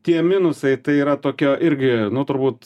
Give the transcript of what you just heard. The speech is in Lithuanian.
tie minusai tai yra tokio irgi nu turbūt